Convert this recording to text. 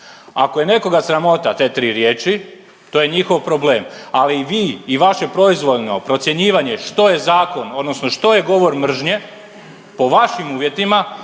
Ako je nekoga sramota te tri riječi, to je njihov problem, ali i vi i vaše proizvoljno procjenjivanje što je zakon, odnosno što je govor mržnje, po vašim uvjetima